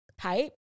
type